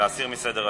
להסיר מסדר-היום.